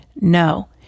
no